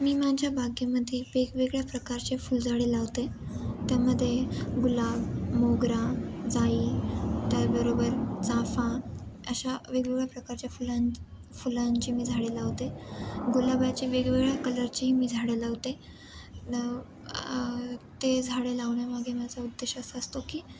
मी माझ्या बागेमध्ये वेगवेगळ्या प्रकारचे फुलझाडे लावते त्यामध्ये गुलाब मोगरा जाई त्याबरोबर चाफा अशा वेगवेगळ्या प्रकारच्या फुलां फुलांची मी झाडे लावते गुलाबाची वेगवेगळ्या कलरचीही मी झाडे लावते न ते झाडे लावण्यामागे माझा उद्देश असा असतो की